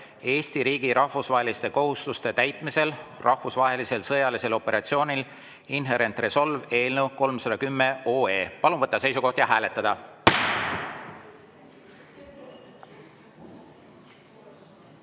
Eesti riigi rahvusvaheliste kohustuste täitmisel rahvusvahelisel sõjalisel operatsioonil Inherent Resolve" eelnõu 310. Palun võtta seisukoht ja hääletada!